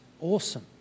awesome